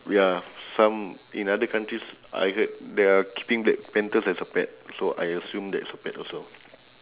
ya some in other countries I heard they are keeping black panthers as a pet so I assume that's a pet also